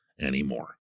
anymore